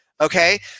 Okay